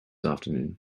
afternoon